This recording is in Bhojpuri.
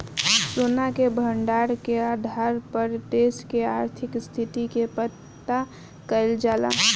सोना के भंडार के आधार पर देश के आर्थिक स्थिति के पता कईल जाला